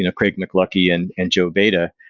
ah craig mcluckie and and joe beda,